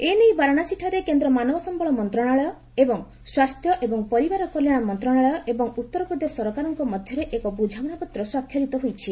ଏନେଇ ବାରାଣସୀଠାରେ କେନ୍ଦ୍ର ମାନବ ସମ୍ଭଳ ମନ୍ତ୍ରଣାଳୟ ଏବଂ ସ୍ୱାସ୍ଥ୍ୟ ଏବଂ ପରିବାର କଲ୍ୟାଣ ମନ୍ତ୍ରଣାଳୟ ଏବଂ ଉତ୍ତର ପ୍ରଦେଶ ସରକାରଙ୍କ ମଧ୍ୟରେ ଏକ ବୁଝାମଣାପତ୍ର ସ୍ୱାକ୍ଷରିତ ହୋଇଛି